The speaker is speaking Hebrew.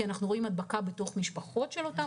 כי אנחנו רואים הדבקה בתוך משפחות של אותם